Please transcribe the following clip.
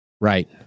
Right